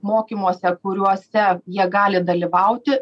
mokymuose kuriuose jie gali dalyvauti